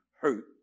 hurt